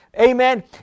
amen